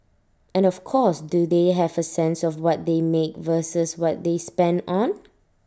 and of course do they have A sense of what they make versus what they spend on